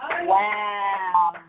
wow